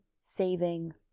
saving